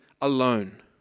alone